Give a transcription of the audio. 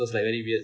like very weird